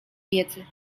wiedzy